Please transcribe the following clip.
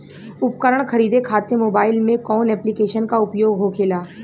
उपकरण खरीदे खाते मोबाइल में कौन ऐप्लिकेशन का उपयोग होखेला?